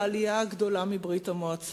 לעלייה הגדולה מברית-המועצות?